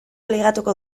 ligatuko